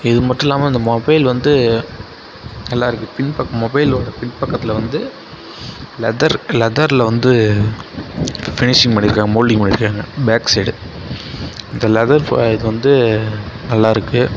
இது மட்டும் இல்லாமல் அந்த மொபைல் வந்து நல்லாயிருக்கு பின் பக்கம் மொபைலோட பின் பக்கத்தில் வந்து லெதர் லெதரில் வந்து ஃபினிஷிங் பண்ணியிருக்காங்க மோல்டிங் பண்ணியிருக்காங்க பேக் சைடு இந்த லெதர் இது வந்து நல்லாயிருக்கு